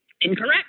incorrect